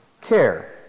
care